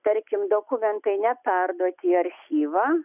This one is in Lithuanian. tarkim dokumentai neperduoti į archyvą